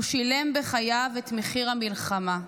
הוא שילם בחייו את מחיר המלחמה,